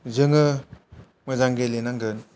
जोङो मोजां गेलेनांगोन